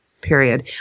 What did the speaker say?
period